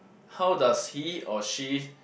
how does he or she